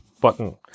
button